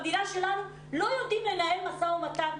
במדינה שלנו לא יודעים לנהל משא ומתן,